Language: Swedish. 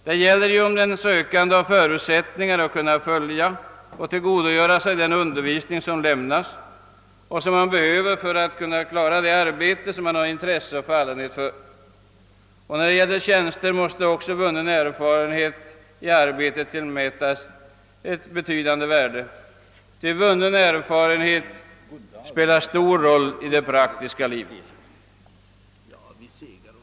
Det gäller ju om den sökande har förutsättningar att kunna följa och tillgodogöra sig den undervisning som lämnas och som han behöver för att kunna klara det arbete som han har intresse och fallenhet för. Och när det gäller tjänster måste också vunnen erfarenhet i ett arbete tillmätas betydande värde. Vunnen erfarenhet spelar nämligen stor roll i det praktiska livet.